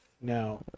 Now